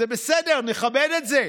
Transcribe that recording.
זה בסדר, נכבד את זה,